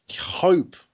hope